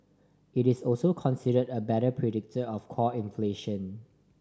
it is also considered a better predictor of core inflation